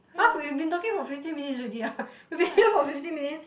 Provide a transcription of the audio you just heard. !huh! we've been talking for fifteen minutes already ah we've been here for fifteen minutes